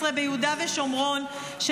הרי האזור מדרום לקו 115 ביהודה ושומרון,